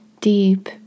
deep